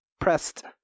pressed